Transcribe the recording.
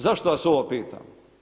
Zašto vas ovo pitam?